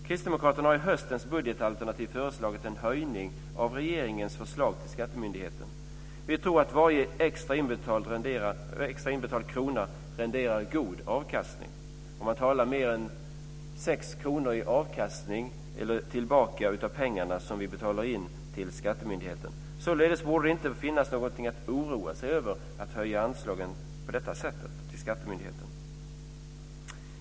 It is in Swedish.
Kristdemokraterna har i höstens budgetalternativ föreslagit en höjning av regeringens föreslagna anslag till skattemyndigheten. Vi tror att varje extra inbetald krona renderar god avkastning. Man talar om mer än 6 kr i avkastning, som kommer tillbaka av de pengar vi betalar in till skattemyndigheten. Således borde det inte finnas något att oroa sig över när det gäller att på detta sätt höja anslaget till skattemyndigheten.